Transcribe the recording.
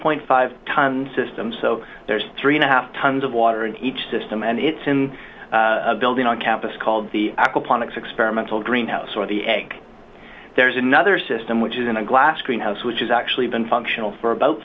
point five tonnes system so there's three and a half tons of water in each system and it's in a building on campus called the aquaponics experimental greenhouse or the egg there's another system which is in a glass greenhouse which has actually been functional for about